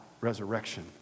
resurrection